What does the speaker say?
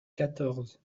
quatorze